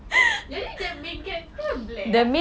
jadi the main character blair lah